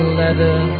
leather